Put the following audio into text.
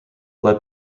blood